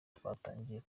twatangiye